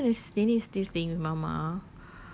obviously he's gonna nenek still staying with mama